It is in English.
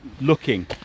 looking